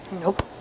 Nope